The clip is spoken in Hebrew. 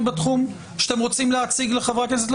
בתחום שאתם רוצים להציג לחברי הכנסת?